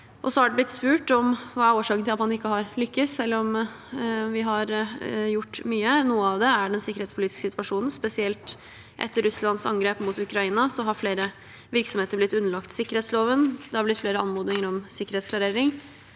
Så har det blitt spurt om hva som er årsaken til at man ikke har lykkes, selv om vi har gjort mye. Noe av det er den sikkerhetspolitiske situasjonen. Spesielt etter Russlands angrep mot Ukraina har flere virksomheter blitt underlagt sikkerhetsloven, og det har blitt flere anmodninger om sikkerhetsklarering.